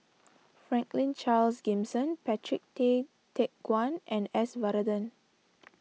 Franklin Charles Gimson Patrick Tay Teck Guan and S Varathan